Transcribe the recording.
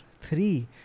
three